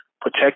protect